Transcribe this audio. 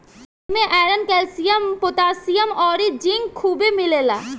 इमे iron, calcium, potassium अउरी zinc खुबे मिलेला